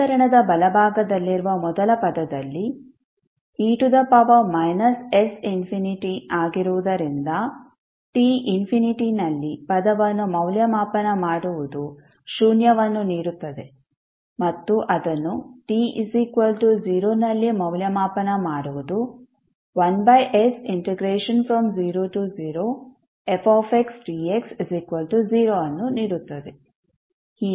ಸಮೀಕರಣದ ಬಲಭಾಗದಲ್ಲಿರುವ ಮೊದಲ ಪದದಲ್ಲಿ e−s∞ ಆಗಿರುವುದರಿಂದ t ∞ ನಲ್ಲಿ ಪದವನ್ನು ಮೌಲ್ಯಮಾಪನ ಮಾಡುವುದು ಶೂನ್ಯವನ್ನು ನೀಡುತ್ತದೆ ಮತ್ತು ಅದನ್ನು t 0 ನಲ್ಲಿ ಮೌಲ್ಯಮಾಪನ ಮಾಡುವುದು 1s00fxdx0ಅನ್ನು ನೀಡುತ್ತದೆ